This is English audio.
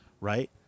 right